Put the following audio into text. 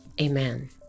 Amen